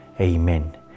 Amen